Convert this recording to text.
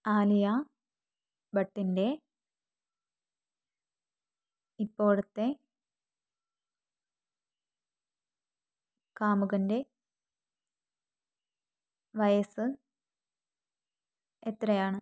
ആലിയഭട്ടിൻ്റെ ഇപ്പോഴത്തെ കാമുകൻ്റെ വയസ്സ് എത്രയാണ്